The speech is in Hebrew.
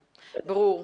תודה.